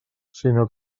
sinó